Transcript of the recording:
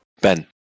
Ben